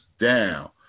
down